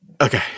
Okay